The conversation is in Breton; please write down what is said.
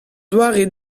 doare